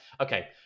okay